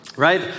right